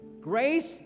Grace